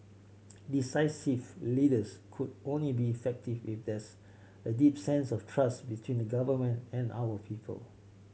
decisive leaders could only be effective if there's a deep sense of trust between government and our people